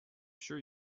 sure